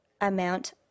amount